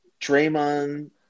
draymond